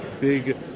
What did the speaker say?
big